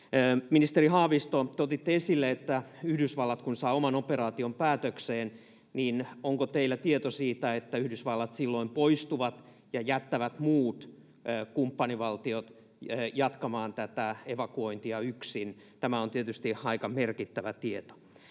Ministeri Haavisto, kun te otitte esille, että Yhdysvallat saa oman operaation päätökseen, niin onko teillä tieto siitä, että Yhdysvallat silloin poistuu ja jättää muut kumppanivaltiot jatkamaan tätä evakuointia yksin? Tämä on tietysti aika merkittävä tieto.